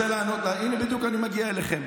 הינה, בדיוק אני מגיע אליכם.